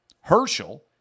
Herschel